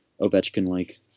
Ovechkin-like